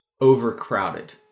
overcrowded